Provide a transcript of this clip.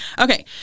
Okay